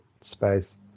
space